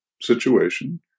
situation